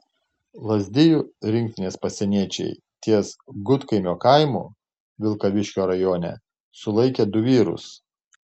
lazdijų rinktinės pasieniečiai ties gudkaimio kaimu vilkaviškio rajone sulaikė du vyrus